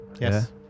Yes